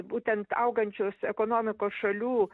būtent augančios ekonomikos šalių